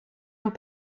amb